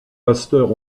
pasteurs